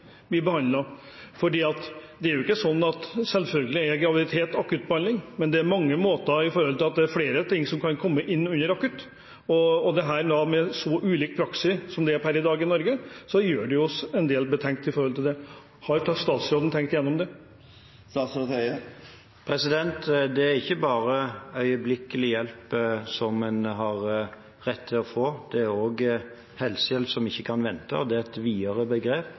Selvfølgelig krever fødende akuttbehandling, men det er flere ting som kan komme inn under betegnelsen «akutt». Den ulike praksisen i Norge i dag når det gjelder dette, gjør oss betenkt. Har statsråden tenkt igjennom dette? Det er ikke bare øyeblikkelig hjelp en har rett til å få; det gjelder også helsehjelp som ikke kan vente. Det er et betydelig videre begrep